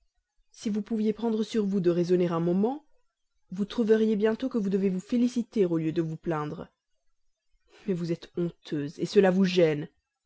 si vous pouviez prendre sur vous de raisonner un moment vous trouveriez bientôt que vous devez vous féliciter au lieu de vous plaindre mais vous êtes honteuse cela vous gêne